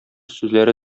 сүзләре